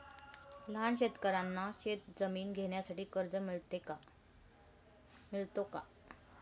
लहान शेतकऱ्यांना शेतजमीन घेण्यासाठी कर्ज मिळतो का?